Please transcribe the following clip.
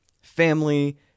family